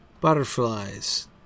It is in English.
butterflies